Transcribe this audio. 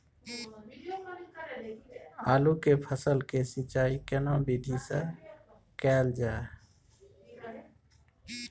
आलू के फसल के सिंचाई केना विधी स कैल जाए?